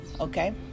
okay